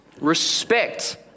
respect